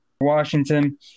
Washington